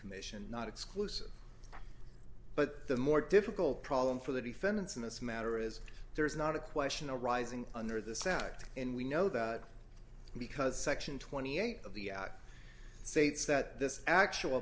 commission not exclusive but the more difficult problem for the defendants in this matter is there is not a question a rising under the sacked and we know that because section twenty eight of the states that this actual